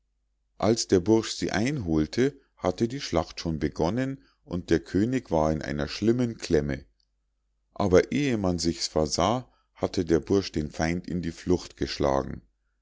als der bursch sie einholte hatte die schlacht schon begonnen und der könig war in einer schlimmen klemme aber ehe man sich's versah hatte der bursch den feind in die flucht geschlagen